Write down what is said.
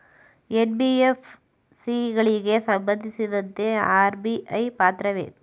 NBFC ಗಳಿಗೆ ಸಂಬಂಧಿಸಿದಂತೆ RBI ಪಾತ್ರವೇನು?